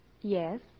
Yes